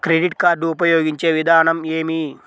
Credit card ఉపయోగించే విధానం ఏమి?